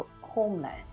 homeland